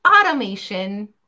automation